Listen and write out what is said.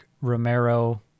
Romero